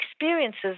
experiences